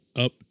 up